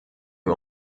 wir